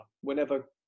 whenever